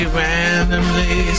randomly